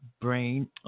brain –